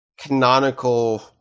canonical